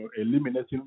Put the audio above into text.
eliminating